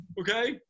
okay